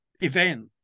event